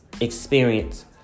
experience